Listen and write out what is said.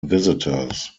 visitors